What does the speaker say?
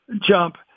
jump